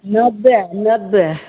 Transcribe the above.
नब्बे नब्बे